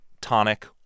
tonic